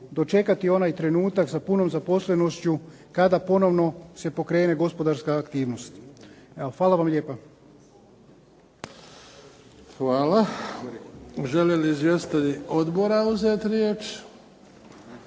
dočekati onaj trenutak sa punom zaposlenošću kada ponovno se pokrene gospodarska aktivnost. Hvala vam lijepa. **Bebić, Luka (HDZ)** Hvala. Žele li izvjestitelji odbora uzeti riječ?